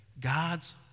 God's